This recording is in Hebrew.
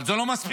אבל זה לא מספיק,